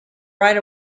right